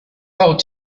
call